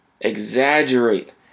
exaggerate